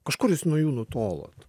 kažkur jūs nuo jų nutolot